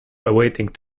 awaiting